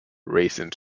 racing